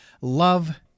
love